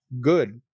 good